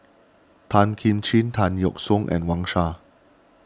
Tan Kim Ching Tan Yeok Seong and Wang Sha